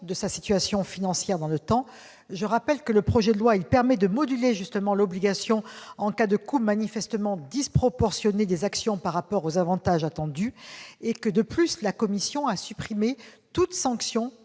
de sa situation financière ? Je rappelle que le projet de loi permet de moduler l'obligation en cas de coûts manifestement disproportionnés des actions par rapport aux avantages attendus. En outre, la commission a supprimé toute sanction